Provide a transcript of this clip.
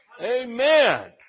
Amen